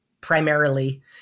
primarily